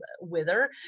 wither